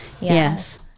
Yes